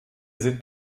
sind